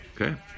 Okay